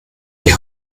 die